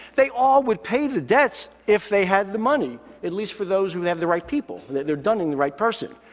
they all would pay the debts if they had the money, at least for those who have the right people and that they're dunning the right person.